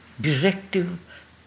directive